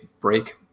break